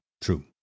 True